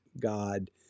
God